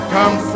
Come